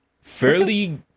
fairly